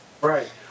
Right